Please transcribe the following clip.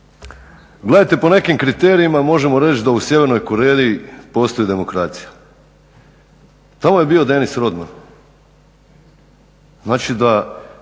Gledajte po nekim kriterijima možemo reći da u sjevernoj Koreji postoji demokracija. Tamo je bio Dennis Rodman,